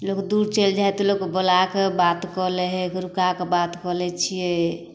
लोक दूर चलि जाइ हइ तऽ लोक बुलाके बात कऽ लै हइ रुकाके बात कऽ लै छिए